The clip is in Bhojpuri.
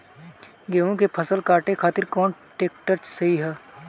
गेहूँ के फसल काटे खातिर कौन ट्रैक्टर सही ह?